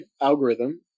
algorithm